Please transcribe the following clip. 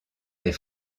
des